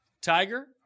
Tiger